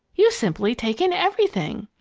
you simply take in everything!